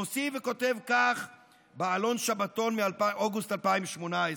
ומוסיף וכותב כך בעלון "שבתון" מאוגוסט 2018: